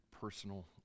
personal